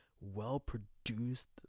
well-produced